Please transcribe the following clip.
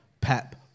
Pep